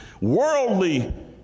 worldly